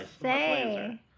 say